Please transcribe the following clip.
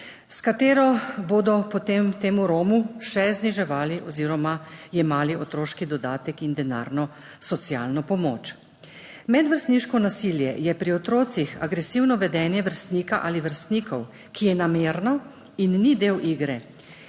s katero bodo potem temu Romu še zniževali oziroma jemali otroški dodatek in denarno socialno pomoč. Medvrstniško nasilje je pri otrocih agresivno vedenje vrstnika ali vrstnikov, ki je namerno in ni del igre,